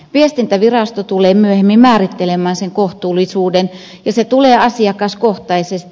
viestintävirasto tulee myöhemmin määrittelemään sen kohtuullisuuden ja se tulee asiakaskohtaisesti